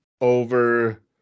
over